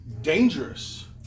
dangerous